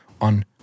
on